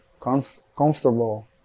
comfortable